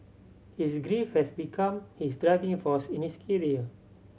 his grief had become his driving force in his career